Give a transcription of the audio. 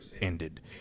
ended